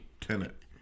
Tenet